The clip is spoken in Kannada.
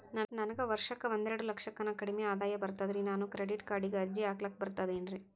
ನನಗ ವರ್ಷಕ್ಕ ಒಂದೆರಡು ಲಕ್ಷಕ್ಕನ ಕಡಿಮಿ ಆದಾಯ ಬರ್ತದ್ರಿ ನಾನು ಕ್ರೆಡಿಟ್ ಕಾರ್ಡೀಗ ಅರ್ಜಿ ಹಾಕ್ಲಕ ಬರ್ತದೇನ್ರಿ?